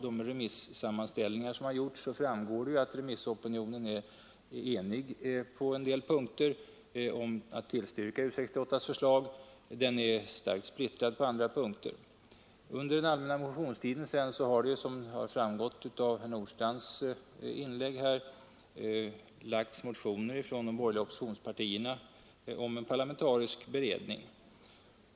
Av remissammanställningarna framgår att remissopinionen på en del punkter är enig om att tillstyrka U 68:s förslag, medan den på andra punkter är starkt splittrad. Under den allmänna motionstiden väcktes, som framgått av herr Nordstrandhs inlägg, motioner från de borgerliga oppositionspartierna om en parlamentarisk beredning.